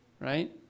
right